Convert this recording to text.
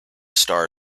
star